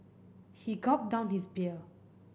he gulped down his beer